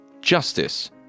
justice